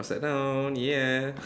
upside down ya